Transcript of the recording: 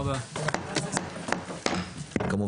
הישיבה ננעלה בשעה 16:30.